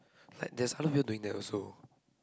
like there's other people doing that also